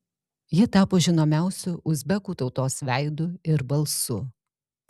ji tapo žinomiausiu uzbekų tautos veidu ir balsu